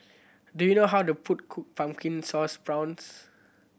do you know how to cook cook Pumpkin Sauce Prawns